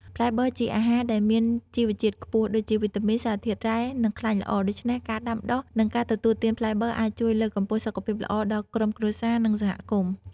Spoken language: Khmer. ផ្លែបឺរជាអាហារដែលមានជីវជាតិខ្ពស់ ដូចជាវីតាមីន សារធាតុរ៉ែ និងខ្លាញ់ល្អ ដូច្នេះការដាំដុះ និងការទទួលទានផ្លែបឺរអាចជួយលើកកម្ពស់សុខភាពល្អដល់ក្រុមគ្រួសារ និងសហគមន៍។